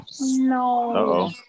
No